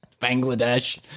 Bangladesh